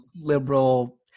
liberal